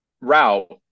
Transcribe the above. route